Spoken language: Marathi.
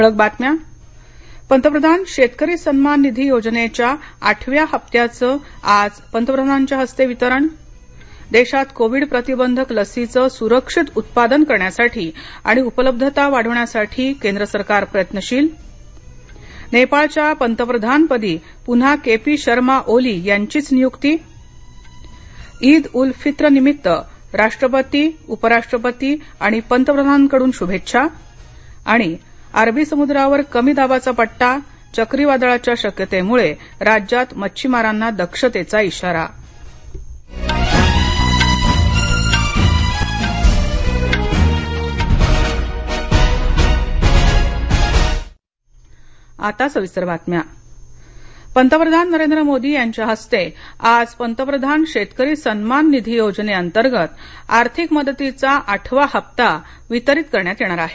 ठळक बातम्या पंतप्रधान शेतकरी सन्मान निधी योजने च्या आठव्या हप्त्याचं आज पंतप्रधानांच्या वितरण देशात कोविड प्रतिबंधक लसींच सुरक्षित उत्पादन करण्यासाठी आणि उपलब्धता वाढवण्यासाठी केंद्रसरकार प्रयत्नशील नेपाळच्या पंतप्रधानपदी प्न्हा के पी शर्मा ओली यांचीच नियुक्ती ईद उल फित्रनिमित्त राष्ट्रपती आणि उपराष्ट्रपतींकडून शुभेच्छा आणि अरबी समुद्रावर कमी दाबाचा पट्टा चक्रीवादळाच्या शक्यतेमुळे राज्यात मच्छिमारांना दक्षतेचा इशारा पंतप्रधान कृषी पंतप्रधान नरेंद्र मोदी यांच्या हस्ते आज पंतप्रधान शेतकरी सन्मान निधी योजने अंतर्गत आर्थिक मदतीचा आठवा हप्ता वितरीत करण्यात येणार आहे